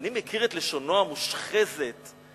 ואני מכיר את לשונו המושחזת ואת